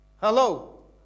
hello